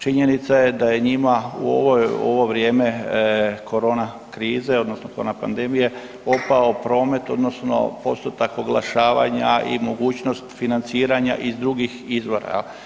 Činjenica je da je njima u ovo vrijeme korona krize odnosno korona pandemije opao promet odnosno postotak oglašavanja i mogućnost financiranja iz drugih izvora.